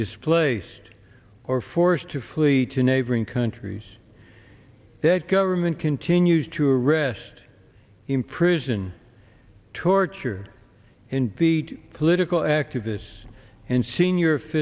displaced or forced to flee to neighboring countries that government continues to arrest imprison torture and beat political activists and senior